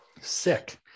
sick